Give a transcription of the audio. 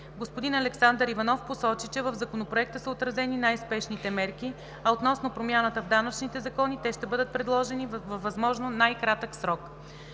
Господин Александър Иванов посочи, че в Законопроекта са отразени най-спешните мерки, а относно промяната в данъчните закони те ще бъдат предложени във възможно най-кратък срок.